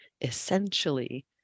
essentially